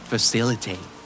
Facilitate